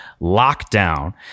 lockdown